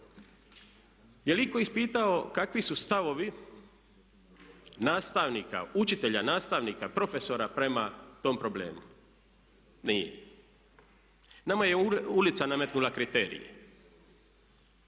Je li itko ispitao kakvi su stavovi nastavnika, učitelja, nastavnika, profesora prema tom problemu? Nije. Nama je ulica nametnula kriterije.